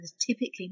typically